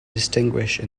distinguish